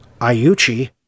Ayuchi